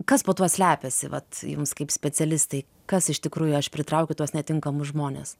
kas po tuo slepiasi vat jums kaip specialistei kas iš tikrųjų aš pritraukiu tuos netinkamus žmones